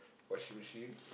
washing machine